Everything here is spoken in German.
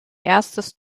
erstes